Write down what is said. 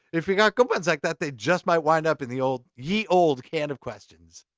if you got good ones like that, they just might wind up in the old, ye old can of questions.